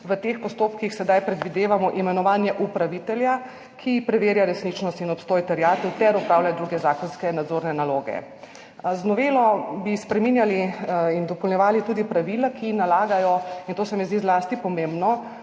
v teh postopkih sedaj predvidevamo imenovanje upravitelja, ki preverja resničnost in obstoj terjatev ter opravlja druge zakonske nadzorne naloge. Z novelo bi spreminjali in dopolnjevali tudi pravila, ki nalagajo, in to se mi zdi zlasti pomembno,